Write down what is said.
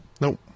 Nope